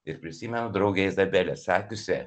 ir prisimenu draugę izabelę sakiusią